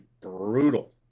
brutal